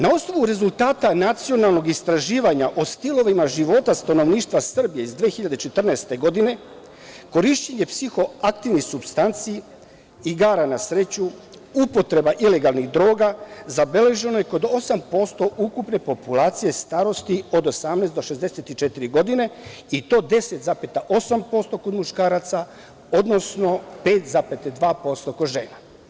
Na osnovu rezultata nacionalnog istraživanja o stilovima života stanovništva Srbije iz 2014. godine, korišćenje psihoaktivnih supstanci, igara na sreću, upotreba ilegalnih droga zabeleženo je kod 8% ukupne populacije starosti od 18 do 64 godine i to 10,8% kod muškaraca, odnosno 5,2% kod žena.